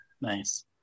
Nice